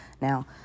Now